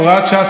בהוראת שעה,